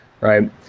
right